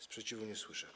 Sprzeciwu nie słyszę.